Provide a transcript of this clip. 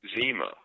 zima